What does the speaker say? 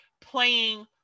playing